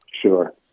Sure